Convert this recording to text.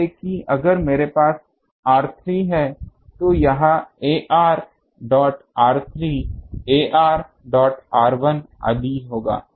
तो मान लें कि अगर मेरे पास r3 है तो यह ar dot r3 ar dot r1 आदि होगा